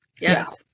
Yes